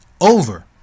Over